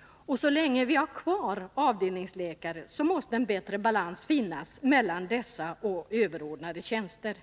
Och så länge vi har kvar avdelningsläkare måste en bättre balans finnas mellan dessa och överordnade tjänster.